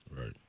Right